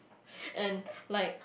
and like